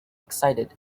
excited